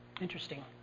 Interesting